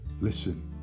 Listen